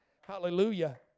Hallelujah